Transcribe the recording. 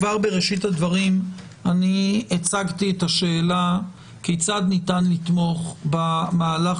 כבר בראשית הדברים אני הצבתי את השאלה כיצד ניתן לתמוך במהלך